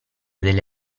delle